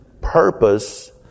purpose